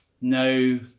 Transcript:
no